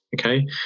Okay